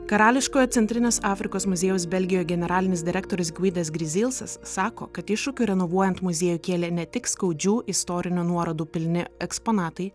karališkojo centrinės afrikos muziejaus belgijoje generalinis direktorius gvidas grizilsas sako kad iššūkių renovuojant muziejų kėlė ne tik skaudžių istorinių nuorodų pilni eksponatai